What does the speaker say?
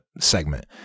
segment